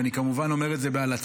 אני כמובן אומר את זה בהלצה,